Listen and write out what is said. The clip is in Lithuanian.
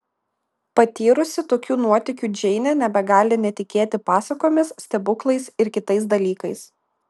patyrusi tokių nuotykių džeinė nebegali netikėti pasakomis stebuklais ir kitais dalykais